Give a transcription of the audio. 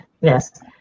Yes